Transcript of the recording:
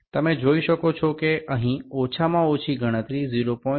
તમે જોઈ શકો છો કે અહીં ઓછામાં ઓછી ગણતરી 0